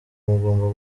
mugomba